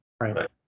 right